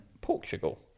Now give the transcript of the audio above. Portugal